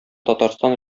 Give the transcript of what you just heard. татарстан